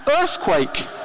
earthquake